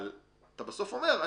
אבל בסוף אתה אומר,